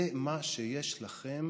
זה מה שיש לכם